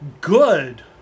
good